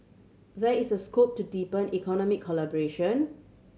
there is a scope to deepen economic collaboration